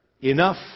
Enough